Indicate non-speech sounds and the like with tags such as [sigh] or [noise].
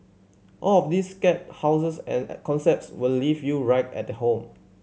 all of these scare houses and [unintelligible] concepts will leave you right at home